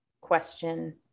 question